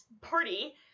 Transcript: party